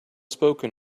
spoken